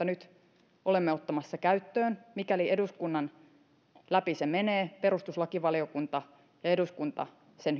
nyt olemme ottamassa käyttöön mikäli se menee eduskunnasta läpi eli perustuslakivaliokunta ja eduskunta sen